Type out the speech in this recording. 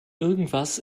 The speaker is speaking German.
irgendwas